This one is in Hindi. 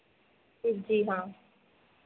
जी हाँ